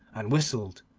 and whistled.